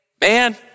man